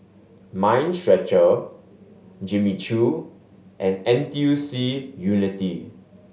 Mind Stretcher Jimmy Choo and N T U C Unity